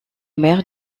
mère